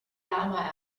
lama